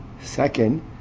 Second